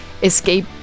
escape